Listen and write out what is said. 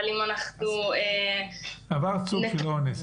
אבל אם --- עברת סוג של אונס.